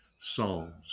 psalms